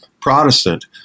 Protestant